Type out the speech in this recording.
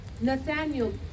Nathaniel